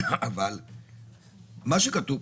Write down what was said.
אני תמה,